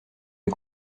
mes